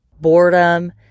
boredom